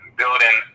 building